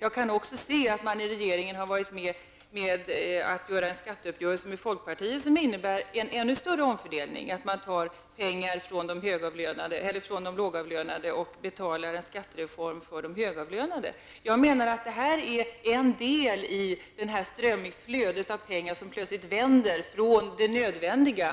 Jag kan också se att regeringen har träffat en skatteuppgörelse med folkpartiet vilken innebär en ännu större omfördelning. Man tar pengar från de lågavlönade för att betala en skattereform för de högavlönade. Jag menar att det är en del i att penningflödet plötsligt vänder, från att ha gått till det som är nödvändigt till